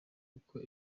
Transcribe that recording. kuko